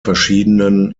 verschiedenen